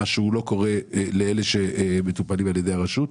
שלא כמו אלה שמטופלים על ידי הרשות.